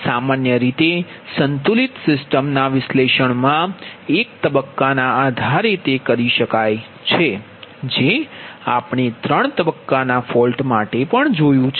તેથી સામાન્ય રીતે સંતુલિત સિસ્ટમના વિશ્લેષણમાં એક તબક્કાના આધારે કરી શકાય છે જે આપણે ત્રણ તબક્કાના ફોલ્ટ માટે પણ જોયું છે